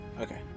Okay